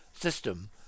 system